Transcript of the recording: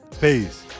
Peace